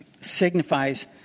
signifies